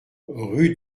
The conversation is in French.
rue